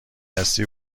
هستی